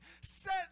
Set